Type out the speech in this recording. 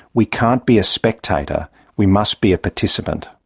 we cannot be a spectator we must be a participant.